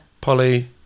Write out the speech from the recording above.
Polly